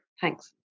Thanks